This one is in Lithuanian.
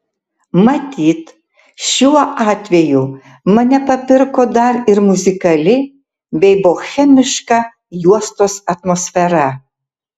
matyt šiuo atveju mane papirko dar ir muzikali bei bohemiška juostos atmosfera